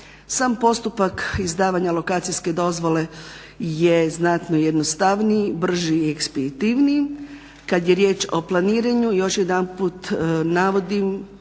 Sam postupak izdavanja lokacijske dozvole je znatno jednostavniji, brži i ekspijitivnijiji. Kad je riječ o planiranju još jedanput navodim